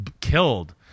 killed